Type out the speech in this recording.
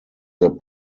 their